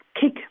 kick